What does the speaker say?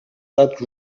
that